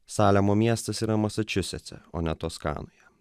salemo miestas yra masačusetse o ne toskanoje